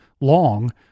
long